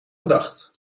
gedacht